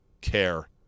care